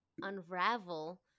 unravel